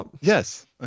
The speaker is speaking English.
Yes